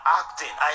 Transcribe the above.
acting